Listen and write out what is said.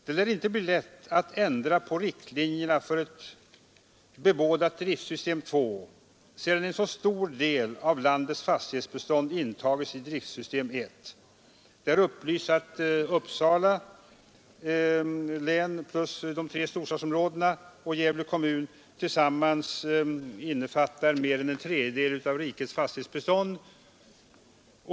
Det lär inte bli lätt att ändra på riktlinjerna för ett bebådat driftsystem 2 sedan så stor del av landets fastighetsbestånd intagits i driftsystem 1. Det har upplysts att Uppsala län och de tre storstadsområdena och Gävle kommun tillsammans innefattar mer än en tredjedel av rikets fastighetsbestånd.